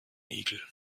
igel